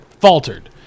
faltered